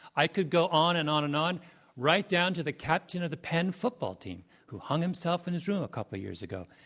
i could go on and on and on right down to the captain of the penn football team who hung himself in his room couple years ago.